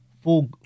Full